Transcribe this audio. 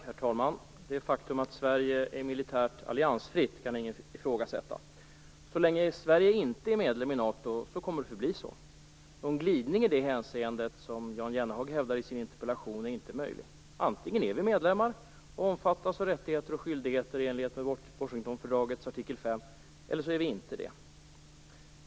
Herr talman! Det faktum att Sverige är militärt alliansfritt kan ingen ifrågasätta. Så länge Sverige inte är medlem i NATO, kommer det att förbli så. Någon glidning i det hänseendet, som Jan Jennehag påtalar i sin interpellation, är inte möjlig. Antingen är vi medlemmar och omfattas av rättigheter och skyldigheter i enlighet med Washingtonfördragets artikel 5, eller så är vi inte det.